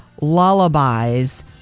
lullabies